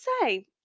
say